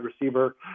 receiver